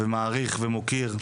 מעריך ומוקיר.